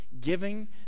giving